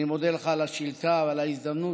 אני מודה לך על השאילתה ועל ההזדמנות